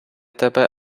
тебе